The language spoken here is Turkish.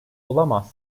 olamaz